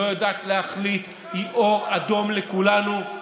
לא יודעת להחליט היא אור אדום לכולנו.